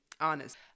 honest